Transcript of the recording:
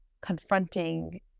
confronting